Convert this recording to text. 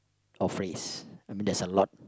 or phrase I mean there's a lot